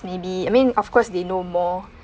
maybe I mean of course they know more